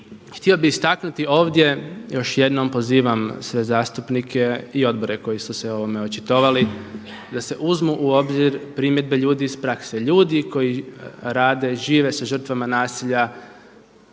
Htio bih istaknuti ovdje, još jednom pozivam sve zastupnike i odbore koji su se o ovome očitovali da se uzmu u obzir primjedbe ljudi iz prakse. Ljudi koji rade, žive sa žrtvama nasilja